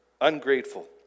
ungrateful